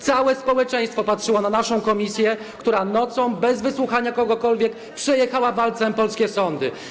Całe społeczeństwo patrzyło na naszą komisję, która nocą, bez wysłuchania kogokolwiek, przejechała walcem polskie sądy.